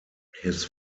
his